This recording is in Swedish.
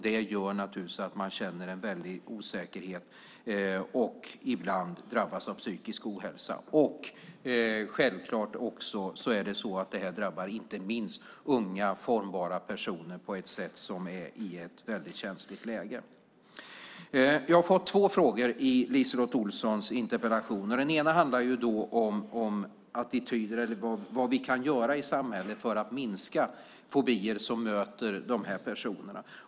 Det gör att de känner en väldig osäkerhet och ibland drabbas av psykisk ohälsa. Det drabbar inte minst unga formbara personer i ett väldigt känsligt läge. Jag har fått två frågor i LiseLotte Olssons interpellation. Den ena handlar om attityder och vad vi kan göra i samhället för att minska fobier som möter dessa personer.